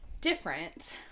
different